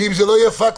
כי אם זה לא יהיה פקטור,